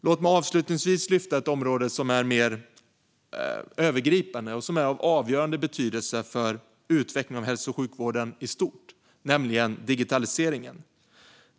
Låt mig avslutningsvis lyfta fram ett område som är mer övergripande och av avgörande betydelse för utvecklingen av hälso och sjukvården i stort, nämligen digitaliseringen.